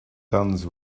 guns